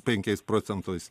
penkiais procentais